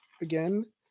again